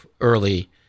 early